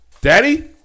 Daddy